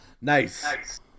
Nice